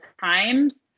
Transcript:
times